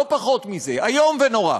לא פחות מזה, איום ונורא.